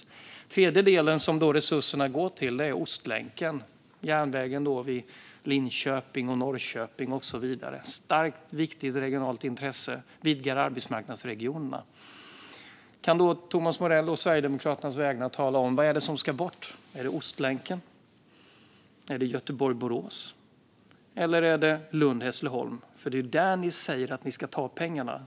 Den tredje del som resurserna går till är Ostlänken, järnvägen via Linköping, Norrköping och så vidare. Det är ett starkt och viktigt regionalt intresse, och det vidgar arbetsmarknadsregionerna. Kan civilutskottet på Sverigedemokraternas vägnar tala om vad som ska bort, Thomas Morell? Är det Ostlänken? Är det Göteborg-Borås? Eller är det Lund-Hässleholm? För det är där ni säger att ni ska ta pengarna.